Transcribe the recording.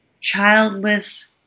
childless